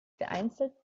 vereinzelt